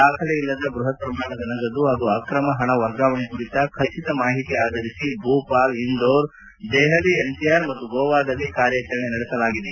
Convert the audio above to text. ದಾಖಲೆ ಇಲ್ಲದ ಬ್ಬಹತ್ ಪ್ರಮಾಣದ ನಗದು ಹಾಗೂ ಅಕ್ರಮ ಹಣ ವರ್ಗಾವಣೆ ಕುರಿತ ಖಚಿತ ಮಾಹಿತಿ ಆಧರಿಸಿ ಭೂಪಾಲ್ ಇಂದೋರ್ ದೆಹಲಿ ಎನ್ಸಿಆರ್ ಮತ್ತು ಗೋವಾದಲ್ಲಿ ಕಾರ್ಯಾಚರಣೆ ನಡೆಸಲಾಗಿದೆ